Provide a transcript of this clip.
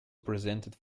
presented